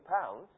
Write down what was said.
pounds